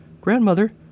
Grandmother